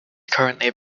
currently